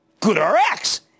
GoodRx